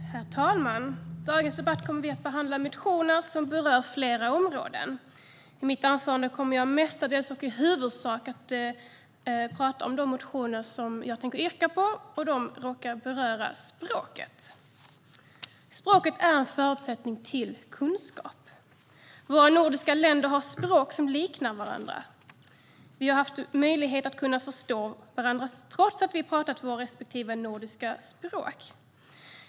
Herr talman! I dagens debatt kommer vi att behandla motioner som berör flera områden. I mitt anförande kommer jag mestadels och i huvudsak att tala om de motioner jag tänker yrka bifall till och som råkar beröra språket. Språket är en förutsättning för kunskap. Våra nordiska länder har språk som liknar varandra. Vi har haft möjlighet att kunna förstå varandra trots att vi pratat våra respektive nordiska språk.